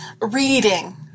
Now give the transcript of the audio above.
Reading